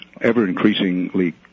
ever-increasingly